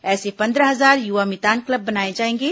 ऐसे पंद्रह हजार युवा मितान क्लब बनाए जाएंगे